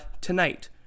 Tonight